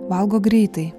valgo greitai